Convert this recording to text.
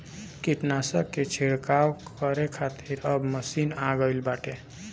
कीटनाशक के छिड़काव करे खातिर अब मशीन आ गईल बाटे